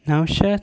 نَو شَتھ